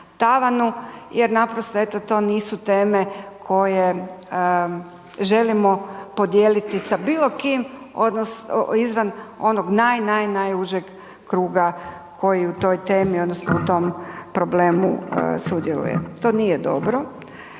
jer naprosto eto to nisu teme koje želimo podijeliti sa bilo kim izvan onog naj, naj, najužeg kruga koji u toj temi odnosno u tom problemu sudjeluje, to nije dobro.